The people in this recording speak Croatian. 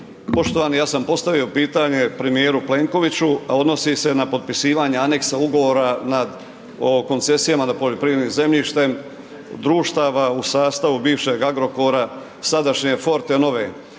Poštovani ja sam postavio pitanje premjeru Plenkoviću, a odnosi se na potpisivanje aneksa ugovora na koncesijama nad poljoprivrednim zemljištem, društava u sustavu bivšeg Agrokora, sadašnje Fortenove.